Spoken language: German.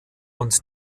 und